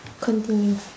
continue